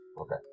Okay